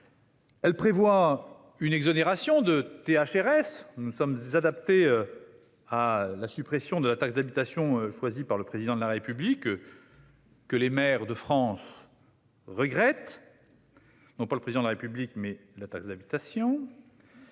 les résidences secondaires (THRS). Nous nous sommes adaptés à la suppression de la taxe d'habitation, décidée par le Président de la République, que les maires de France regrettent- non pas le Président de la République, mais la taxe d'habitation.